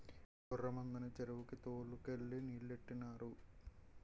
గొర్రె మందని చెరువుకి తోలు కెళ్ళి నీలెట్టినారు